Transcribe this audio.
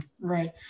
Right